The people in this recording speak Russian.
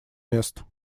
мест